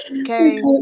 okay